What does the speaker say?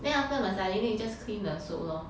then after massaging then you just clean the soap lor